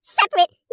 separate